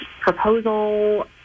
proposal